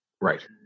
Right